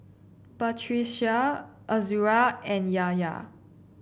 Batrisya Azura and Yahya